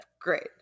Great